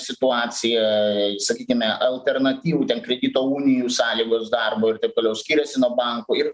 situacija sakykime alternatyvų ten kredito unijų sąlygos darbo ir taip toliau skiriasi nuo bankų ir